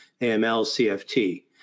AML-CFT